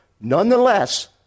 Nonetheless